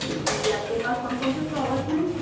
जी आपके पास कौन कौनसे फ्लॉवर्स में